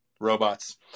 Robots